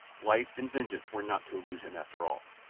life and vengeance were not to elude him after all.